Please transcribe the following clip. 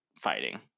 fighting